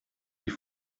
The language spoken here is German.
die